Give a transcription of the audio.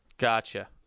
Gotcha